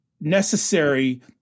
necessary